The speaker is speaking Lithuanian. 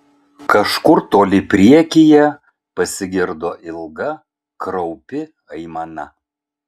kažkur toli priekyje pasigirdo ilga kraupi aimana